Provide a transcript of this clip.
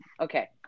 okay